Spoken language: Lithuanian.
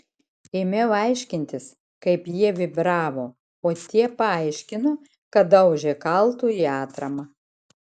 ėmiau aiškintis kaip jie vibravo o tie paaiškino kad daužė kaltu į atramą